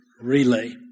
relay